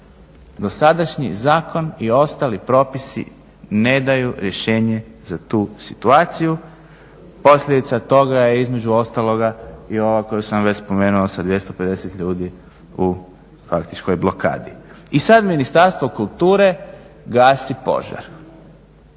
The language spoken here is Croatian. Dosadašnji zakon i ostali propisi ne daju rješenje za tu situaciju. Posljedica toga je između ostaloga i ova koju sam već spomenuo sa 250 ljudi u faktičkoj blokadi. I sad Ministarstvo kulture gasi požar.